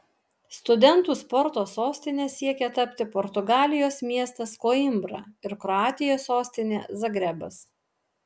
studentų sporto sostine siekia tapti portugalijos miestas koimbra ir kroatijos sostinė zagrebas